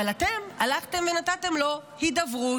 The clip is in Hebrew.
אבל אתם הלכתם ונתתם לו הידברות.